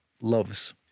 loves